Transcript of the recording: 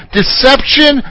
deception